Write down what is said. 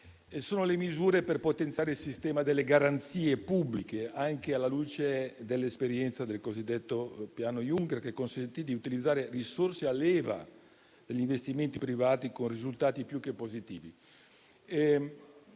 le misure per potenziare il sistema delle garanzie pubbliche, anche alla luce dell'esperienza del cosiddetto Piano Juncker, che consentì di utilizzare risorse a leva per gli investimenti privati, con risultati più che positivi.